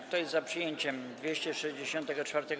Kto jest za przyjęciem 264.